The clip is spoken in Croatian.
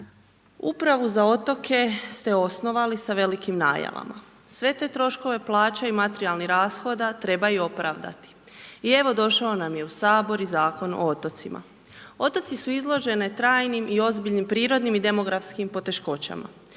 Upravu za otoke ste osnovali sa velikim najavama. Sve te troškove, plaća i materijalnih rashoda treba i opravdati. I evo došao nam je u Sabor i Zakon o otocima. Otoci su izloženi trajnim i ozbiljnim prirodnim i demografskim poteškoćama.